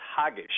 haggish